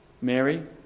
Mary